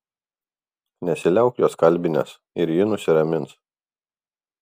nesiliauk jos kalbinęs ir ji nusiramins